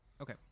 Okay